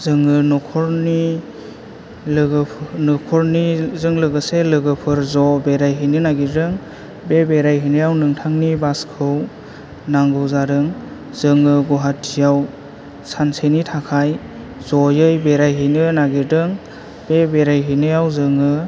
जोङो नखरनि लोगो नखरनि जों लोगोसे लोगोफोर ज' बेरायहैनो नागिरदों बेराय हैनायाव नोंथांनि बासखौ नांगौ जादों जोङो गुवाहाथियाव सानसेनि थाखाय जयै बेरायहैनो नागिरदों बे बेराय हैनायाव जोङो